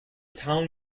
town